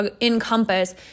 encompass